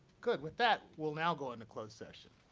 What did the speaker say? good. with that, we'll now go into closed session.